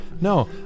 No